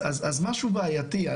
אז משהו בעייתי.